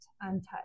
untouched